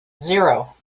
zero